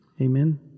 Amen